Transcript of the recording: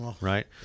Right